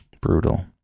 brutal